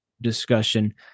discussion